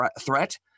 threat